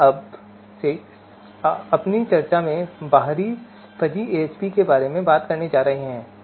तो अब से अपनी चर्चा में हम बाहरी फजी एएचपी के बारे में बात करने जा रहे हैं